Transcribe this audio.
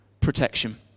protection